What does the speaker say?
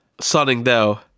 Sunningdale